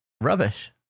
rubbish